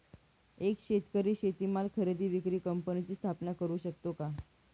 एक शेतकरी शेतीमाल खरेदी विक्री कंपनीची स्थापना करु शकतो का?